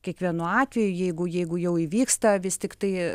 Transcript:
kiekvienu atveju jeigu jeigu jau įvyksta vis tiktai